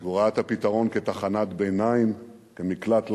והוא ראה את הפתרון כתחנת ביניים, כמקלט לילה,